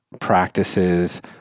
practices